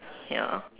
ya